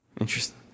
Interesting